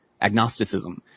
agnosticism